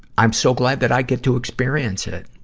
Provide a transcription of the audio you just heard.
i'm so glad that i get to experience it.